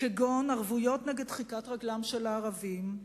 כגון ערבויות נגד דחיקת רגלם של הערבים,